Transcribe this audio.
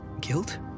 guilt